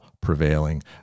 prevailing